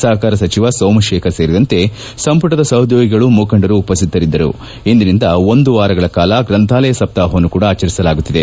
ಸಹಕಾರ ಸಚಿವ ಸೋಮಶೇಖರ್ ಸೇರಿದಂತೆ ಸಂಪುಟದ ಸಹೋದ್ಯೋಗಿಗಳು ಮುಖಂದರು ಉಪಸ್ಥಿತರಿದ್ದರು ಇದಿನಿಂದ ಒಂದು ವಾರಗಳ ಕಾಲ ಗ್ರಂಥಾಲಯ ಸಪ್ತಾಹವನ್ನು ಆಚರಿಸಲಾಗುತ್ತಿದೆ